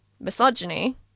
misogyny